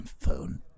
phone